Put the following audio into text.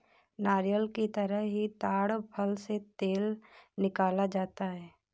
नारियल की तरह ही ताङ फल से तेल निकाला जाता है